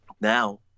Now